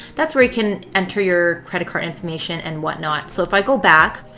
that's where you can enter your credit card information and whatnot. so if i go back,